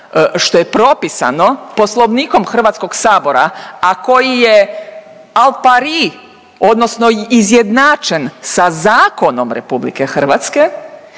što je propisano Poslovnikom HS-a, a koji je al pari odnosno izjednačen sa zakonom RH